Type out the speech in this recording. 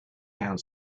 count